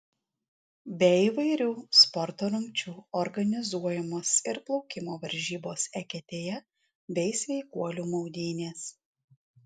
be įvairių sporto rungčių organizuojamos ir plaukimo varžybos eketėje bei sveikuolių maudynės